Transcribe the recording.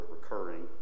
recurring